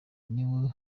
niwe